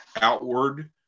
outward